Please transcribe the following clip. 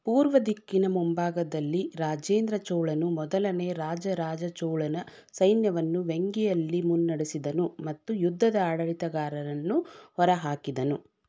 ಪೂರ್ವ ದಿಕ್ಕಿನ ಮುಂಭಾಗದಲ್ಲಿ ರಾಜೇಂದ್ರ ಚೋಳನು ಮೊದಲನೆ ರಾಜರಾಜ ಚೋಳನ ಸೈನ್ಯವನ್ನು ವೆಂಗಿಯಲ್ಲಿ ಮುನ್ನಡೆಸಿದನು ಮತ್ತು ಯುದ್ಧದ ಆಡಳಿತಗಾರರನ್ನು ಹೊರಹಾಕಿದನು